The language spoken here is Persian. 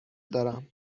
دارم